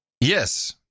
Yes